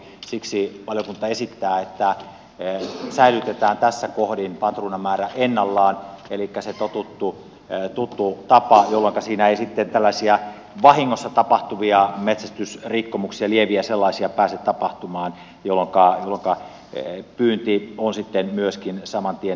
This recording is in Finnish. siksi valiokunta esittää että säilytetään tässä kohdin patruunamäärä ennallaan elikkä se totuttu tuttu tapa jolloinka ei sitten tällaisia vahingossa tapahtuvia metsästysrikkomuksia lieviä sellaisia pääse tapahtumaan jolloinka pyynti on sitten myöskin saman tien turvallista